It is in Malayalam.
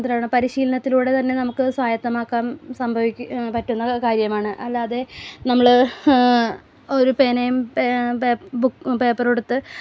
എന്താണ് പരിശീലനത്തിലൂടെ തന്നെ നമുക്ക് സ്വായത്തമാക്കാൻ സംഭവിക്കുക പറ്റുന്ന കാര്യമാണ് അല്ലാതെ നമ്മൾ ഒരു പേനയും പേപ്പറൂടുത്ത്